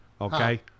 Okay